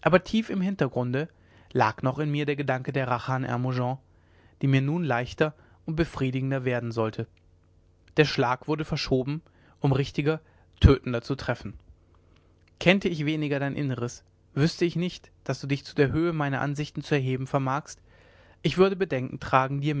tief im hintergrunde lag noch in mir der gedanke der rache an hermogen die mir nun leichter und befriedigender werden sollte der schlag wurde verschoben um richtiger tötender zu treffen kennte ich weniger dein inneres wüßte ich nicht daß du dich zu der höhe meiner ansichten zu erheben vermagst ich würde bedenken tragen dir